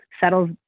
settles